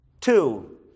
Two